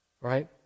right